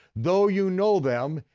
though you know them,